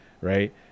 Right